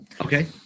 Okay